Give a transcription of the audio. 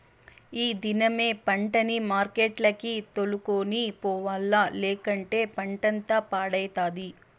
ఈ దినమే పంటని మార్కెట్లకి తోలుకొని పోవాల్ల, లేకంటే పంటంతా పాడైతది